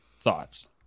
Thoughts